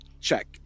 Check